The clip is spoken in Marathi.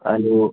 आणि